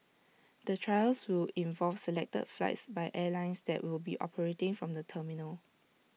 the trials will involve selected flights by airlines that will be operating from the terminal